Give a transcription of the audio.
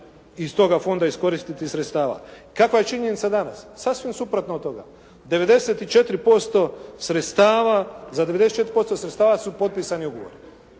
iz toga fonda iskoristiti iz sredstava. Kakva je činjenica danas? Sasvim suprotno od toga, 94% sredstava, za 94% sredstava su potpisani ugovori.